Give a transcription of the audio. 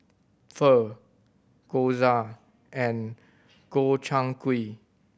Pho Gyoza and Gobchang Gui